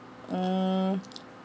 mm